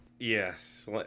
Yes